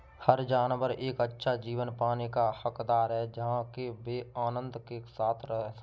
हर जानवर एक अच्छा जीवन पाने का हकदार है जहां वे आनंद के साथ रह सके